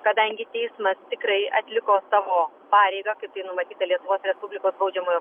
kadangi teismas tikrai atliko savo pareigą kaip tai numatyta lietuvos respublikos baudžiamojo proceso